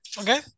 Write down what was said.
Okay